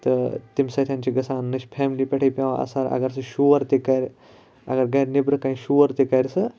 تہٕ تمہِ سۭتۍ چھُ گَژھان نہ چھُ فیملی پٮ۪ٹھ پیٚوان اَثَر اَگَر سُہ شور تہِ کَرِ اَگَر گَرِ نٮ۪برٕ کَنۍ شور تہِ کَرِ سُہ